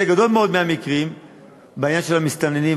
גדול מאוד מהמקרים בעניין של המסתננים,